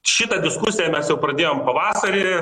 šitą diskusiją mes jau pradėjom pavasarį